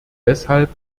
deshalb